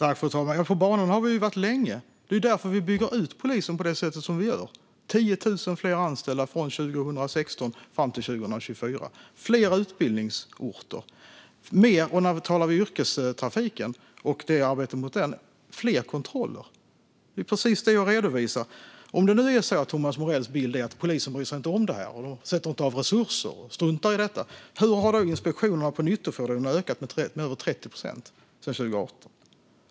Fru talman! På banan har vi varit länge. Det är därför vi bygger ut polisen som vi gör: 10 000 fler anställda från 2016 fram till 2024, fler utbildningsorter och fler kontroller, om vi talar om yrkestrafiken och arbetet där. Det är precis det jag redovisar. Om Thomas Morells bild är att polisen inte bryr sig om det här, inte sätter av resurser utan struntar i det, hur har då inspektionerna på nyttofordon ökat med över 30 procent sedan 2018?